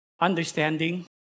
Understanding